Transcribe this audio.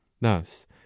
thus